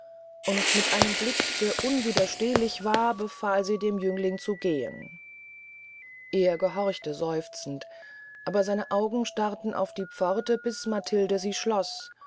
und mit einem blicke der unwiderstehlich war befahl sie dem jüngling zu gehn er gehorchte seufzend aber seine augen starrten auf die pforte bis matilde sie schloß